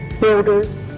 builders